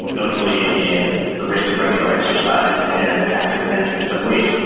notably in the rates of regular exercise and active management of weight.